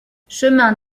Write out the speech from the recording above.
chemin